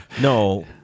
No